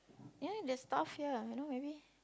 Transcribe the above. ya the staff here you know maybe